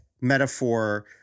metaphor